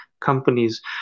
companies